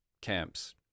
camps